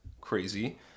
Crazy